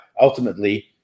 ultimately